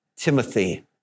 Timothy